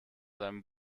seinem